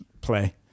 play